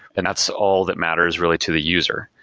and that's all that matters really to the user.